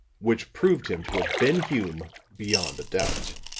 which proved him to have been hume beyond a doubt.